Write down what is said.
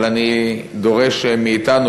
אבל אני דורש מאתנו,